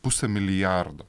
pusė milijardo